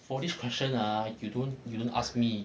for this question ah you don't you don't ask me